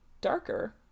Darker